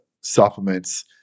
supplements